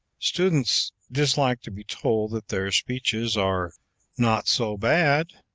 students dislike to be told that their speeches are not so bad,